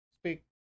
Speak